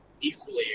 equally